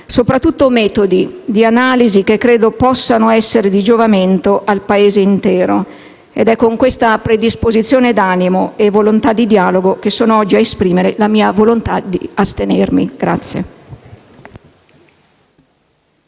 soprattutto metodi di analisi che credo possano essere di giovamento al Paese intero. È con questa predisposizione d'animo e volontà di dialogo che sono oggi a esprimere la mia volontà di astenermi.